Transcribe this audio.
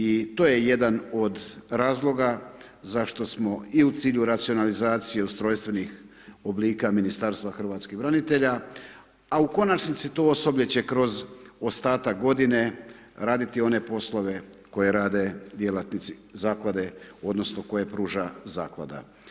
I to je jedan od razloga zašto smo i u cilju racionalizacije ustrojstvenih oblika Ministarstva hrvatskih branitelja a u konačnici to osoblje će kroz ostatak godine raditi one poslove koje rade djelatnici Zaklade odnosno koje pruža Zaklada.